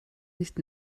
nicht